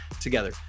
together